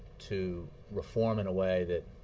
to reform in a way that